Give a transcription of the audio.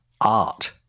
art